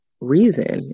reason